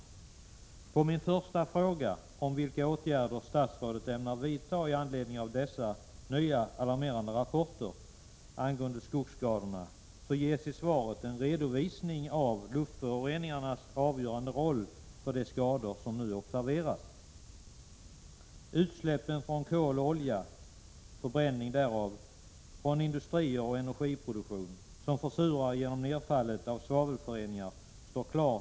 Som svar på min första fråga om vilka åtgärder statsrådet ämnar vidta i anledning av dessa nya alarmerande rapporter angående skogsskador ges en redovisning av luftföroreningarnas avgörande roll för de skador som nu observeras. Att utsläppen från förbränning av kol och olja, från industrier och energiproduktion försurar genom nedfallet av svavelföreningar står klart.